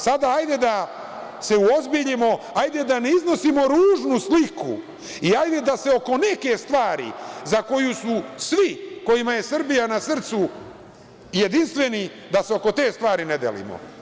Sada hajde da se uozbiljimo, hajde da ne iznosimo ružnu sliku i hajde da se oko neke stvari za koju su svi, kojima je Srbija na srcu, jedinstveni, da se oko te stvari ne delimo.